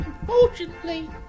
Unfortunately